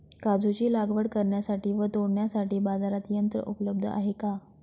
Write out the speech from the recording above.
काजूची लागवड करण्यासाठी व तोडण्यासाठी बाजारात यंत्र उपलब्ध आहे का?